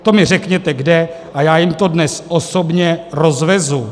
To mi řekněte kde a já jim to dnes osobně rozvezu.